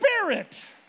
spirit